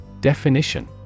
Definition